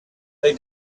they